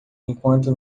enquanto